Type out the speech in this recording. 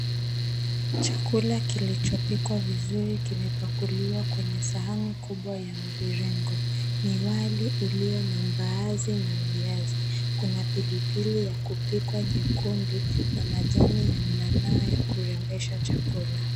Chakula kilichopikwa vizuri kimepakuliwa kwenye sahani kubwa ya mviringo. Ni wali ulio na mbaazi na viazi. Kuna pilipili ya kupikwa nyekundu, na majani ya mnanaa ya kurembesha chakula.